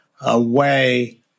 away